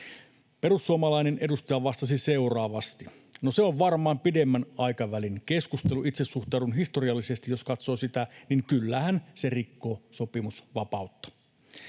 Perussuomalainen edustaja vastasi seuraavasti: ”No se on varmaan pidemmän aikavälin keskustelu. Itse suhtaudun historiallisesti. Jos katsoo sitä, niin kyllähän se rikkoo sopimusvapautta.”